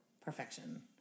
perfection